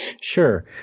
Sure